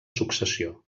successió